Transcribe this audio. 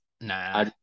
Nah